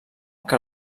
que